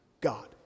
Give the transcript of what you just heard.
God